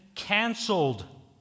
canceled